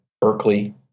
Berkeley